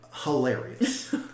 hilarious